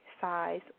size